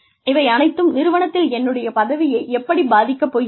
இவை அனைத்தும் நிறுவனத்தில் என்னுடைய பதவியை எப்படிப் பாதிக்கப் போகிறது